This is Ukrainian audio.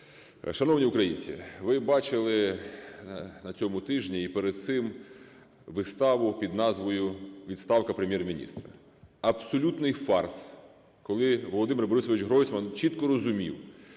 Шановні українці! Ви бачили на цьому тижні і перед цим виставу під назвою відставка Прем'єр-міністра. Абсолютний фарс, коли Володимир Борисович Гройсман чітко розумів,